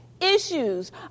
issues